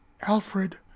Alfred